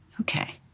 Okay